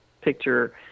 picture